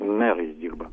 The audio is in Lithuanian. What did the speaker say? merais dirba